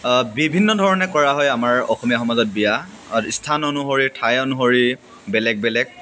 বিভিন্ন ধৰণে কৰা হয় আমাৰ অসমীয়া সমাজত বিয়া স্থান অনুসৰি ঠাই অনুসৰি বেলেগ বেলেগ